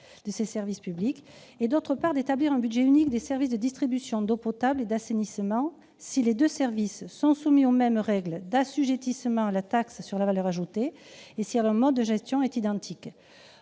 des services publics, d'autre part, à établir un budget unique des services de distribution d'eau potable et d'assainissement si les deux services sont soumis aux mêmes règles d'assujettissement à la taxe sur la valeur ajoutée et si leur mode de gestion est identique.